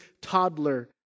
toddler